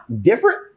different